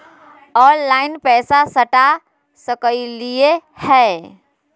Online पैसा सटा सकलिय है?